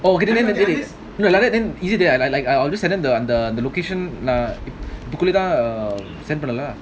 oh okay then no like that then easy there like like I'll I'll just tell them the on the location ah send பண்ணவா:pannava